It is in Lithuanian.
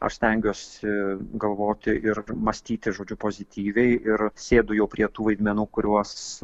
aš stengiuosi galvoti ir mąstyti žodžiu pozityviai ir sėdu jau prie tų vaidmenų kuriuos